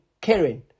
Karen